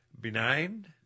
Benign